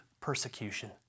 persecution